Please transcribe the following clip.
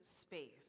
space